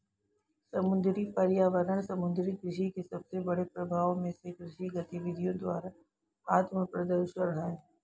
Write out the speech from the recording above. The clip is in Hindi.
समुद्री पर्यावरण समुद्री कृषि के सबसे बड़े प्रभावों में से कृषि गतिविधियों द्वारा आत्मप्रदूषण है